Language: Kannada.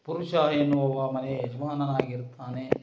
ಪುರುಷ ಎನ್ನುವವ ಮನೆಯ ಯಜಮಾನನಾಗಿ ಇರ್ತಾನೆ